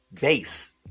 base